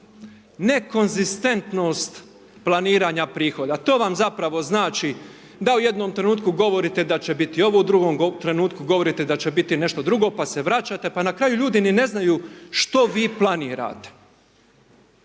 nekonzistentnost planiranja prihoda, to vam zapravo znači, da u jednom trenutku govorite da će biti ovo, u drugom trenutku govorite da će biti nešto drugo, pa se vraćate, pa na kraju ljudi ni ne znaju šta vi planirate.